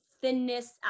thinness